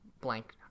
blank